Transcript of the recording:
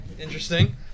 Interesting